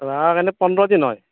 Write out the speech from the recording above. ৰাস এনেই পোন্ধৰ দিন হয়